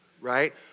right